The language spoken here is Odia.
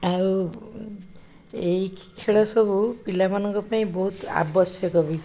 ଆଉ ଏହି ଖେଳ ସବୁ ପିଲାମାନଙ୍କ ପାଇଁ ବହୁତ ଆବଶ୍ୟକ ହୁଏ